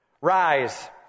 Rise